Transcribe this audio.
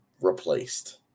replaced